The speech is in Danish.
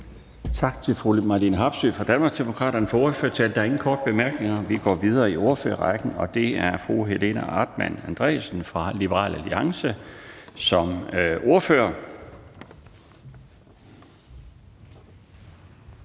Tak til fru Marlene Harpsøe fra Danmarksdemokraterne for ordførertalen. Der er ingen korte bemærkninger. Vi går videre i ordførerrækken, og det er fru Helena Artmann Andresen fra Liberal Alliance som ordfører.